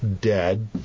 dead